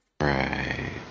Right